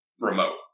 remote